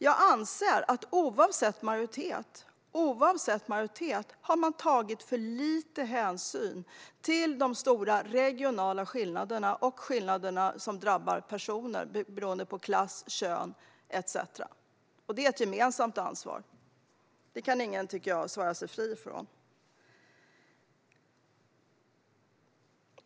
Jag anser att oavsett majoritet har man tagit för lite hänsyn till de stora regionala skillnaderna och de skillnader som drabbar personer på grund av klass, kön etcetera. Detta är ett gemensamt ansvar som ingen kan svära sig fri från.